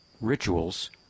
rituals